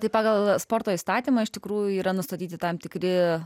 tai pagal sporto įstatymą iš tikrųjų yra nustatyti tam tikri